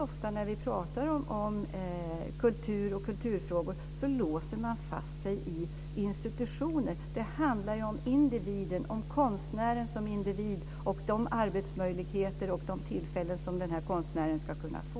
Ofta när vi pratar om kultur och kulturfrågor så låser man fast sig i institutioner. Men det handlar ju om individen - om konstnären som individ och de arbetsmöjligheter och tillfällen som konstnären ska kunna få.